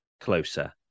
closer